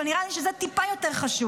אבל נראה לי שזה טיפה יותר חשוב,